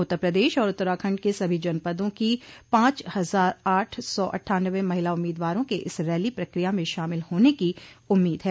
उत्तर प्रदेश और उत्तराखंड के सभी जनपदों की पांच हजार आठ सौ अट्ठानवे महिला उम्मीदवारों का इस रैली प्रक्रिया में शामिल होने की उम्मीद है